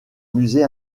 musée